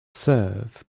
serve